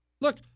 Look